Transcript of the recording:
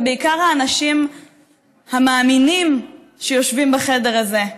ובעיקר האנשים המאמינים שיושבים בחדר הזה,